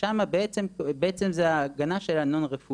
ששם זה בעצם ההגנה של 'עיקרון אי ההחזרה'